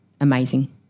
amazing